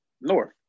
north